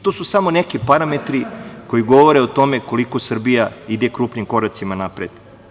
To su samo neki parametri koji govore o tome koliko Srbija ide krupnim koracima napred.